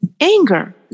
Anger